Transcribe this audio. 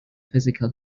physical